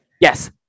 Yes